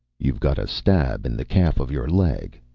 you've got a stab in the calf of your leg,